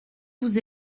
vous